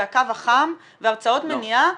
זה הקו החם והרצאות מניעה,